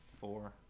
four